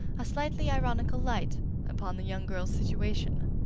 a slightly ironical light upon the young girl's situation.